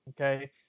Okay